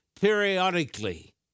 periodically